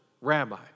rabbi